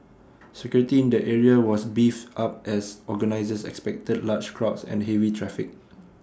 security in the area was beefed up as organisers expected large crowds and heavy traffic